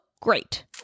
great